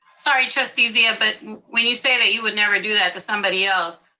sorry trustee zia, but when you say that you would never do that to somebody else,